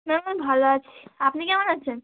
হ্যাঁ ম্যাম ভালো আছি আপনি কেমন আছেন